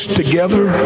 together